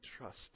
trust